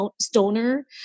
stoner